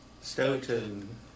Stoughton